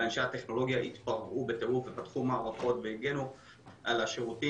ואנשי הטכנולוגיה התפרעו בטירוף ופתחו מערכות והגנו על השירותים